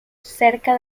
cerca